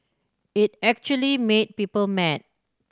it actually made people mad